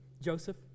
Joseph